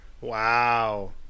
Wow